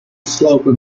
slogan